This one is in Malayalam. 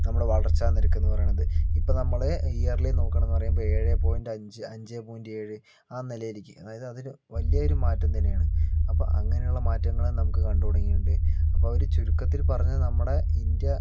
നമ്മുടെ വളർച്ചാനിരക്ക് എന്ന് പറയണത് ഇപ്പോൾ നമ്മൾ ഇയർലി നോക്കുകയാണെന്ന് പറയുമ്പോൾ ഏഴ് പോയിന്റ് അഞ്ചു അഞ്ച് പോയിന്റ് ഏഴ് ആ നിലയിലേക്ക് അതായത് അതില് വലിയൊരു മാറ്റം തന്നെ ആണ് അപ്പോൾ അങ്ങനെ ഉള്ള മാറ്റങ്ങള് നമുക്ക് കണ്ടു തുടങ്ങിയിട്ടുണ്ട് അപ്പോൾ ഒരു ചുരുക്കത്തിൽ പറഞ്ഞാൽ നമ്മുടെ ഇന്ത്യ